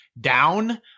down